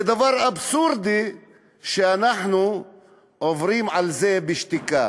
זה דבר אבסורדי שאנחנו עוברים על זה בשתיקה.